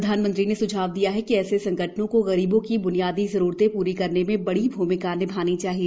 प्रधानमंत्री ने सुझाव दिया कि ऐसे संगठनों को गरीबों की ब्नियादी जरूरते पूरी करने में बड़ी भूमिका निभानी चाहिए